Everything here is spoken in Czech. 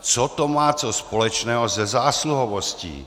Co to má co společného se zásluhovostí?